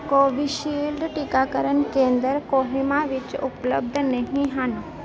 Covishield ਟੀਕਾਕਰਨ ਕੇਂਦਰ ਕੋਹਿਮਾ ਵਿੱਚ ਉਪਲੱਬਧ ਨਹੀਂ ਹਨ